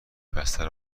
بستر